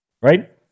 right